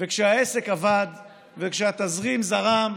וכשהעסק עבד וכשהתזרים זרם,